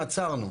עצרנו.